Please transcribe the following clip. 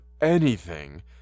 anything